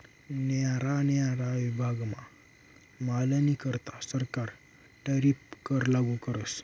न्यारा न्यारा विभागमा मालनीकरता सरकार टैरीफ कर लागू करस